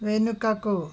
వెనుకకు